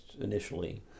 initially